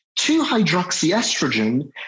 2-hydroxyestrogen